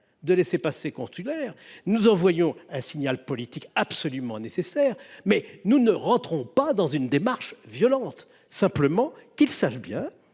de laissez passer consulaires », nous envoyons un signal politique absolument nécessaire, mais nous n’entrons nullement dans une démarche violente. Simplement, que tous